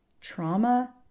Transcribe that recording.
trauma